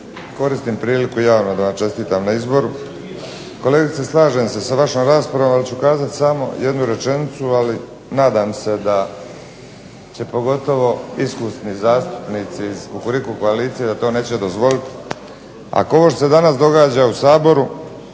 koristim priliku javno da vam čestitam na izboru. Kolegice slažem se sa vašom raspravom, ali ću kazati samo jednu rečenicu, ali nadam se da će pogotovo iskusni zastupnici iz kukuriku koalicije da to neće dozvoliti. Ako ovo što se danas događa u Saboru